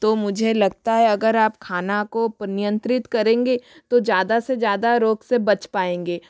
तो मुझे लगता है अगर आप खाना को नियंत्रित करेंगे तो ज़्यादा से ज़्यादा रोग से बच पाएंगे